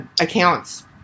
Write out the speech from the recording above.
accounts